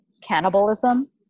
cannibalism